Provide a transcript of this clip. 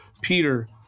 Peter